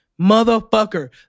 motherfucker